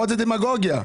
דמגוגיה.